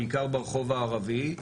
בעיקר ברחוב הערבי,